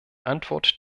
antwort